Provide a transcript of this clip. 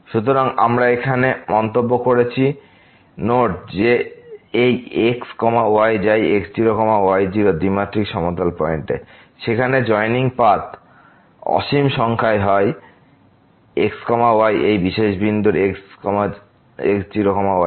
সুতরাং আমি এখানে মন্তব্য করেছি নোট যে এই x y যায় x0 y0 দ্বিমাত্রিক সমতল পয়েন্ট সেখানে জয়েনিং পাথ অসীম সংখ্যা হয় x y এই বিশেষ বিন্দু x0 y0